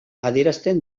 adierazten